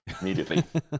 immediately